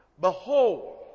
Behold